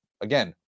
again